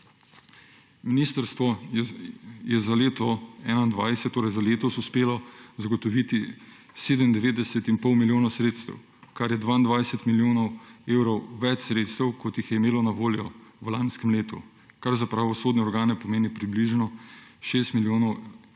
Ministrstvo je za leto 2021, torej za letos, uspelo zagotoviti 97 in pol milijonov sredstev, ker je 22 milijonov evrov več sredstev, kot jih je imelo na voljo v lanskem letu, kar za pravosodne organe pomeni približno 6 milijonov evrov